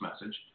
message